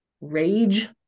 rage